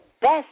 best